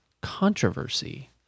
controversy